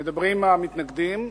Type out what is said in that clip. מדברים המתנגדים.